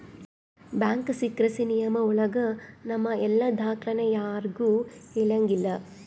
bank secrecy ನಿಯಮ ಒಳಗ ನಮ್ ಎಲ್ಲ ದಾಖ್ಲೆನ ಯಾರ್ಗೂ ಹೇಳಂಗಿಲ್ಲ